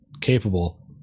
capable